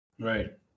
right